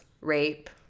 rape